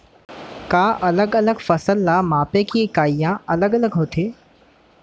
का अलग अलग फसल ला मापे के इकाइयां अलग अलग होथे?